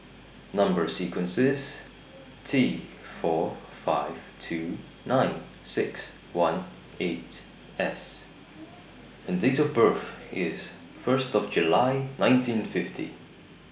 Number sequence IS T four five two nine six one eight S and Date of birth IS First of July nineteen fifty